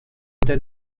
der